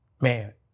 man